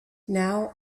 now